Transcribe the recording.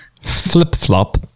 flip-flop